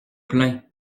plaint